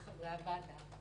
לחברי הוועדה,